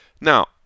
Now